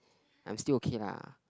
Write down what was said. I'm still okay lah